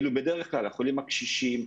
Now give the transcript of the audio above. אלו בדרך כלל החולים הקשישים,